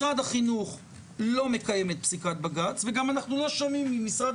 משרד החינוך לא מקיים את פסיקת בג"ץ ואנחנו גם לא שומעים ממשרד